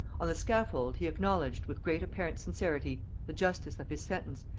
on the scaffold he acknowledged, with great apparent sincerity, the justice of his sentence,